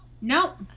nope